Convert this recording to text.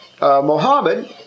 Mohammed